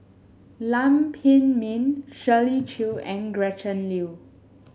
Lam Pin Min Shirley Chew and Gretchen Liu